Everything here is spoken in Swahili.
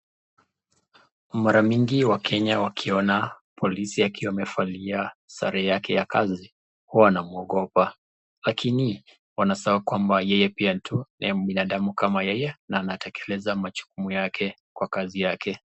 Mara mingi wakenya wakiona polisi akiwa amevalia sare yake ya kazi huwa wanamuogopa. Lakini wanasahau kwamba yeye pia tu ni mwanadamu kama yeye na anatekeleza majukumu yake kwa kazi yake.